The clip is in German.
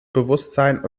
bewusstsein